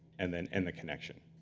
and then end the connection.